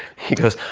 he goes,